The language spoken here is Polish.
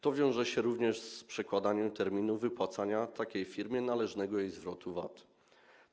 To wiąże się również z przekładaniem terminów wypłacania takiej firmie należnego jej zwrotu VAT.